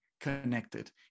connected